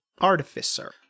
artificer